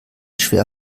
schwer